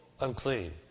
unclean